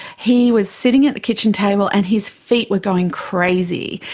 he was sitting at the kitchen table and his feet were going crazy,